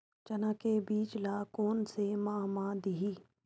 चना के बीज ल कोन से माह म दीही?